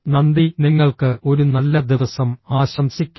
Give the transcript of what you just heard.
നന്ദി നിങ്ങൾക്ക് ഒരു നല്ല ദിവസം ആശംസിക്കുന്നു